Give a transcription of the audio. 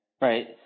Right